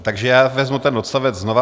Takže já vezmu ten odstavec znovu.